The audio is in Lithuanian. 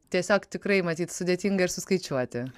tiesiog tikrai matyt sudėtinga ir suskaičiuoti